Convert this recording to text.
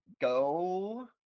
go